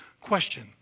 question